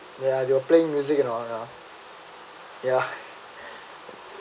ya they were playing music and all ya ya